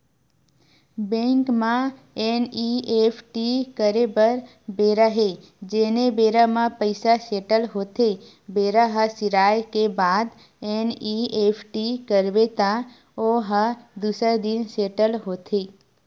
bank म NEFT करे बर बेरा हे जेने बेरा म पइसा सेटल होथे बेरा ह सिराए के बाद एन.ई.एफ.टी करबे त ओ ह दूसर दिन सेटल होथे